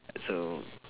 so